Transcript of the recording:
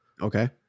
Okay